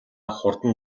хурдан